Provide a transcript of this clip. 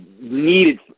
needed